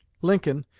lincoln,